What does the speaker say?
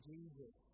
Jesus